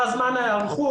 מה זמן ההיערכות,